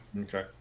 Okay